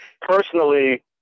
personally